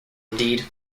indeed